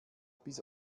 bis